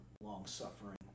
long-suffering